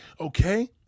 okay